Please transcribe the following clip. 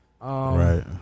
Right